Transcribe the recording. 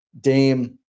Dame